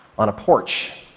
on a porch.